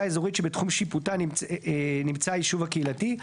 האזורית שבתחום שיפוטה נמצא היישוב הקהילתי;",